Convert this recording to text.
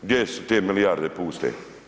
Gdje su te milijarde puste?